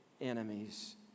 enemies